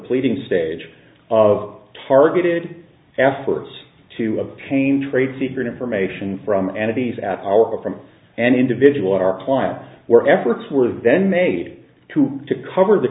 pleading stage of targeted efforts to obtain trade secret information from and these at our from and individual our clients were efforts were then made to cover the